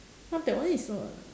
ah that one is on